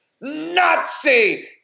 Nazi